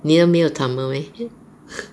你的没有 timer meh